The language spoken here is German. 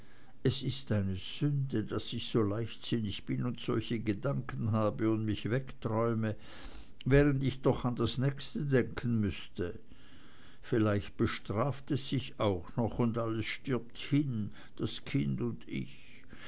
es ist eine sünde daß ich so leichtsinnig bin und solche gedanken habe und mich wegträume während ich doch an das nächste denken müßte vielleicht bestraft es sich auch noch und alles stirbt hin das kind und ich